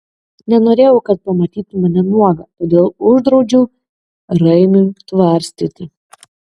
nenorėjau kad pamatytų mane nuogą todėl uždraudžiau raimiui tvarstyti